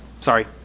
sorry